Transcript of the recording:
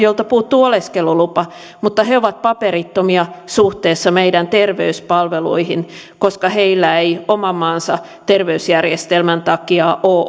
jolta puuttuu oleskelulupa mutta he ovat paperittomia suhteessa meidän terveyspalveluihimme koska heillä ei oman maansa terveysjärjestelmän takia ole